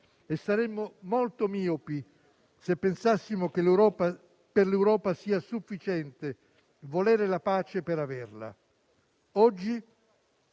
e saremmo molto miopi se pensassimo che per l'Europa sia sufficiente volere la pace per averla. Oggi,